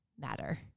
matter